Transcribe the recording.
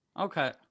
Okay